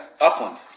Upland